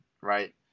Right